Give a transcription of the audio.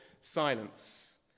silence